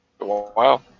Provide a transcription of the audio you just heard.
wow